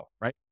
right